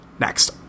Next